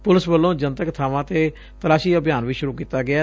police ਵੱਲੋਂ ਜਨਤਕ ਬਾਵਾਂ ਤੇ ਤਲਾਸ਼ੀ ਅਭਿਆਨ ਵੀ ਸੁਰੁ ਕੀਤਾ ਗਿਐ